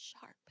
sharp